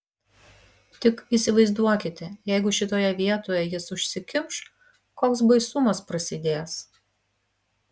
tik įsivaizduokite jeigu šitoje vietoje jis užsikimš koks baisumas prasidės